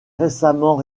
récemment